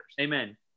Amen